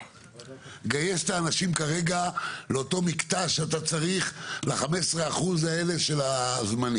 תגייס את האנשים כרגע לאותו מקטע שאתה צריך ל-15% של הזמניים,